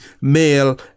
male